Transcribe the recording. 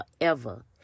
forever